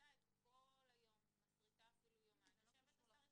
מסריטה יום או יומיים ואחר כך עושה רפלקציה.